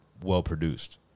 well-produced